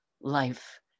life